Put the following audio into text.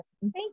Thank